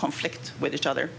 conflict with each other